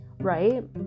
right